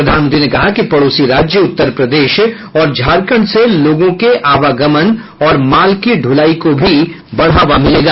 प्रधानमंत्री ने कहा कि पड़ोसी राज्य उत्तर प्रदेश और झारखंड से लोगों के आवागमन और माल की ढ़लाई को भी बढ़ावा मिलेगा